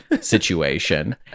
situation